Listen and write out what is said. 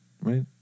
right